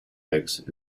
eggs